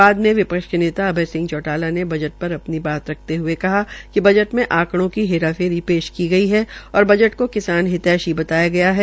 बाद में विपक्ष के नेता अभय सिंह चौटाला ने बजट पर अपनी बात रखते हये कहा कि बजट की हेराफेरी पेश की गई है और बजट को किसान हितैषी बनाया गया है